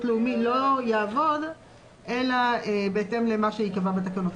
לאומי לא יעבוד אלא בהתאם למה שייקבע בתקנות,